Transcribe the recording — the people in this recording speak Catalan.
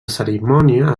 cerimònia